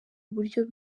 uburyo